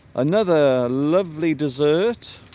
another lovely dessert